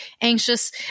anxious